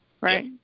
right